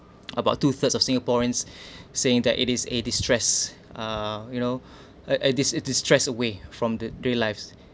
about two thirds of singaporeans saying that it is eh distress uh you know uh it dis~ it distress away from the daily lives